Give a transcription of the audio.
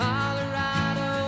Colorado